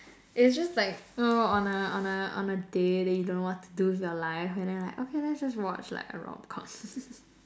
it's just like you know on a on a on a day that you don't know what to do with your life and then like okay let's just watch like a rom-com